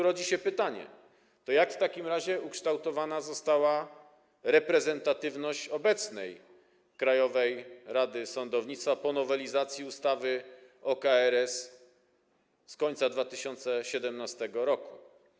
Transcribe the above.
Rodzi się pytanie: Jak w takim razie została ukształtowana reprezentatywność obecnej Krajowej Rady Sądownictwa po nowelizacji ustawy o KRS z końca 2017 r.